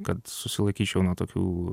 kad susilaikyčiau nuo tokių